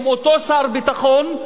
עם אותו שר ביטחון,